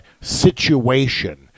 situation